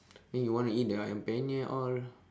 then you want to eat the ayam-penyet all